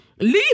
leave